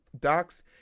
docs